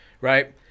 right